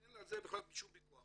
אין על זה בכלל שום ויכוח.